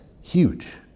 huge